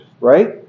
right